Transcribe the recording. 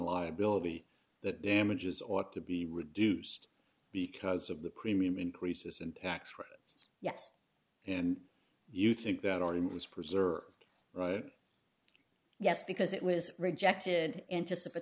on liability that damages ought to be reduced because of the premium increases and tax credits yes and you think that already was preserved right yes because it was rejected anticipat